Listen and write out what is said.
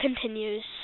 continues